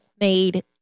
made